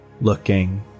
Looking